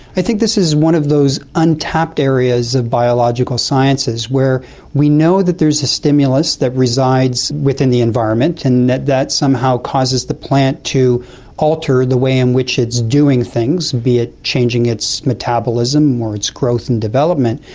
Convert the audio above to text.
i think this is one of those untapped areas of biological sciences where we know that there is a stimulus that resides within the environment and that that somehow causes the plant to alter the way in which it is doing things, be it changing its metabolism or its growth and development,